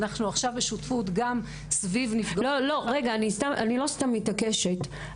אנחנו עכשיו בשותפות גם סביב --- אני לא סתם מתעקשת,